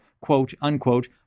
quote-unquote